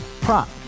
Prop